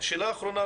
שאלה אחרונה,